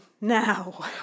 now